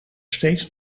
steeds